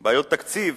בעיות תקציב